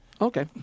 okay